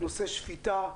נושא שפיטה,